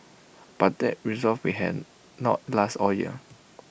but that resolve may hand not last all year